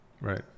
Right